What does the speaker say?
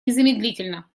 незамедлительно